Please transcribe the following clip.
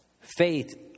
faith